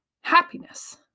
happiness